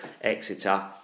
Exeter